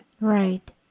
right